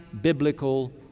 biblical